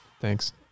Thanks